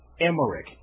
Emmerich